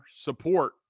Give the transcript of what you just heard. support